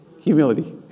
humility